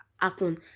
happen